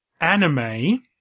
anime